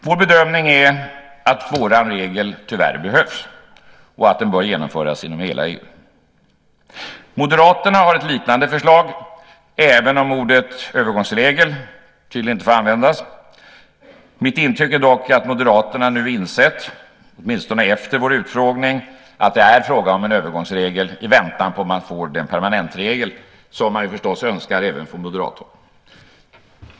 Vår bedömning är att vår regel tyvärr behövs och att den bör genomföras inom hela EU. Moderaterna har ett liknande förslag, även om ordet övergångsregel tydligen inte får användas. Mitt intryck är dock att Moderaterna nu insett, åtminstone efter vår utfrågning, att det är fråga om en övergångsregel i väntan på att få den permanentregel som man förstås önskar även från moderat håll.